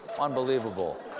Unbelievable